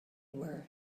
were